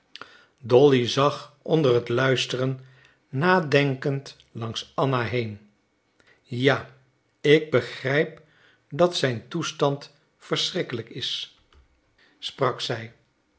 dolly zag onder het luisteren nadenkend langs anna heen ja ik begrijp dat zijn toestand verschrikkelijk is sprak zij